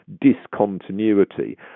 discontinuity